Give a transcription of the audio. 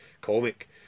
comic